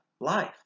life